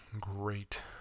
great